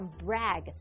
brag